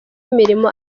imirimo